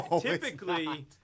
typically